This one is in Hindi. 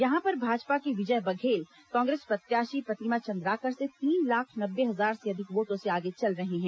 यहां पर भाजपा के विजय बघेल कांग्रेस प्रत्याशी प्रतिमा चंद्राकर से तीन लाख नब्बे हजार से अधिक वोटों से आगे चल रहे हैं